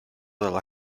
dalla